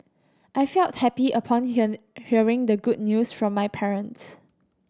I felt happy upon hear hearing the good news from my parents